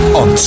on